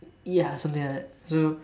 ya something like that so